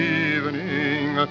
evening